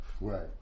Right